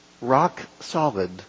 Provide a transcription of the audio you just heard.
rock-solid